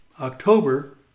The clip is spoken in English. October